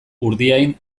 urdiain